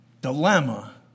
dilemma